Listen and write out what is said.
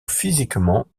physiquement